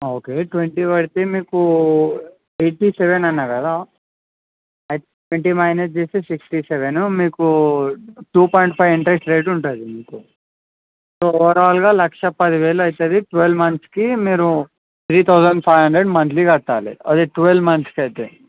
okay twenty వరకు మీకు eighty seven అన్నా కదా ట్వంటీ మైనస్ చేస్తే సిక్స్టీ సెవెన్ మీకు two point five interest rate ఉంటుంది మీకు సో ఓవరాల్గా లక్ష పది వేలు అవుతుంది ట్వల్వ్ మంత్స్కి మీరు three thousand five hundred monthly కట్టాలి అది ట్వల్వ్ మంత్స్కి అయితే